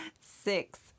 Six